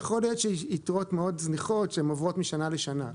יכול להיות שיש יתרות זניחות מאוד שעוברות משנה לשנה.